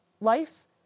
life